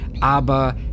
aber